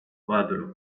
cuatro